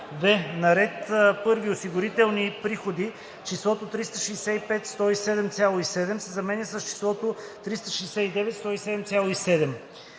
в) На ред „1. Осигурителни приходи“ числото „365 107,7“ се заменя с числото „369 107,7“.